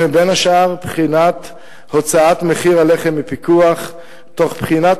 בין השאר בחינת הוצאת מחיר הלחם מפיקוח תוך בחינת